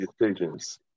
decisions